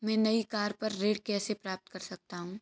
मैं नई कार पर ऋण कैसे प्राप्त कर सकता हूँ?